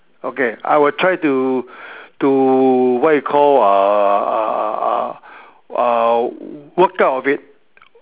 okay I will try to to what you call uh uh walk out of it